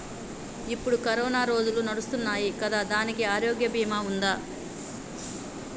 ఇప్పుడు కరోనా రోజులు నడుస్తున్నాయి కదా, దానికి ఆరోగ్య బీమా ఉందా?